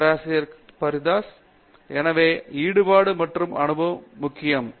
பேராசிரியர் பிரதாப் ஹரிதாஸ் எனவே ஈடுபாடு மற்றும் அனுபவம் அவசியம்